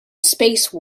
space